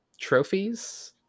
trophies